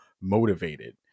motivated